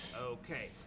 okay